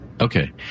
Okay